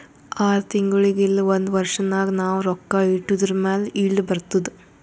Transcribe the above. R ತಿಂಗುಳಿಗ್ ಇಲ್ಲ ಒಂದ್ ವರ್ಷ ನಾಗ್ ನಾವ್ ರೊಕ್ಕಾ ಇಟ್ಟಿದುರ್ ಮ್ಯಾಲ ಈಲ್ಡ್ ಬರ್ತುದ್